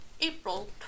April